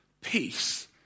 peace